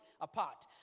apart